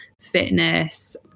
fitness